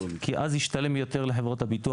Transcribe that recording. כי אז יכול להיות שזה ישתלם יותר לחברות הביטוח.